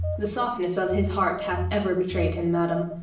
the softness of his heart hath ever betrayed him, madame.